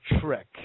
trick